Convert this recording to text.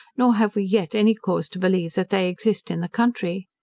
nor have we yet any cause to believe that they exist in the country.